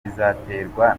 bizaterwa